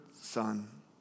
son